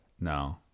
No